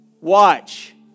watch